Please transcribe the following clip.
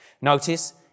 Notice